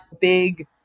big